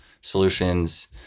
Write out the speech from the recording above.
solutions